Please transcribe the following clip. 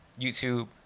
YouTube